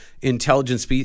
intelligence